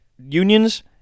Unions